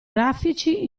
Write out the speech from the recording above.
grafici